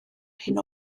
hyn